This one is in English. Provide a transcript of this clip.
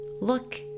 Look